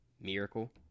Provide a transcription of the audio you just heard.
miracle